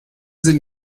sind